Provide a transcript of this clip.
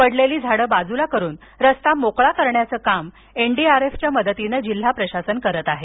पडलेली झाड बाजूला करून रस्ता मोकळा करण्याचे काम एनडीआरएफ च्या मदतीने जिल्हा प्रशासन करत आहे